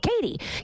Katie